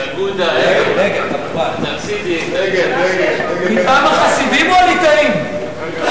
מטעם החסידים או הליטאים?